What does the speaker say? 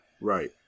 Right